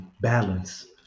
balance